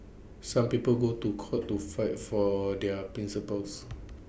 some people go to court to fight for their principles